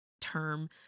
term